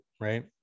Right